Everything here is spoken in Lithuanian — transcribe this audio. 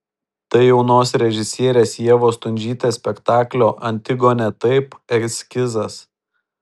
tai jaunos režisierės ievos stundžytės spektaklio antigonė taip eskizas